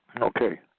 Okay